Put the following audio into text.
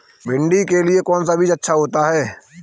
भिंडी के लिए कौन सा बीज अच्छा होता है?